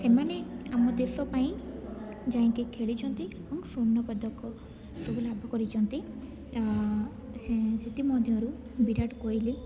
ସେମାନେ ଆମ ଦେଶ ପାଇଁ ଯାଇକି ଖେଳିଛନ୍ତି ଏବଂ ସ୍ଵର୍ଣ୍ଣ ପଦକ ସବୁ ଲାଭ କରିଛନ୍ତି ସେଥି ମଧ୍ୟରୁ ବିରାଟ କୋହଲି